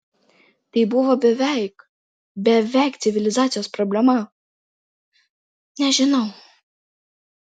tai buvo beveik beveik civilizacijos problema nežinau